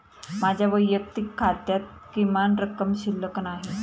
माझ्या वैयक्तिक खात्यात किमान रक्कम शिल्लक नाही